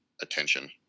attention